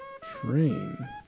Train